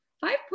five